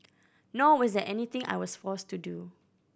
nor was there anything I was forced to do